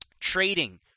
trading